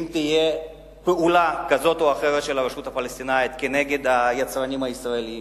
אם תהיה פעולה כזאת או אחרת של הרשות הפלסטינית כנגד היצרנים הישראלים,